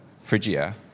Phrygia